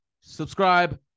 subscribe